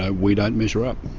ah we don't measure up.